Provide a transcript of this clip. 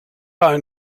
ein